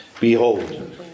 behold